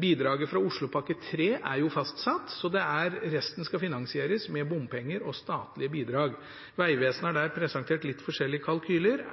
Bidraget fra Oslopakke 3 er fastsatt, så resten skal finansieres med bompenger og statlige bidrag. Vegvesenet har presentert litt forskjellige kalkyler,